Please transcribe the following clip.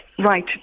right